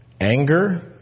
anger